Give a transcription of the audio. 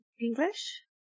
English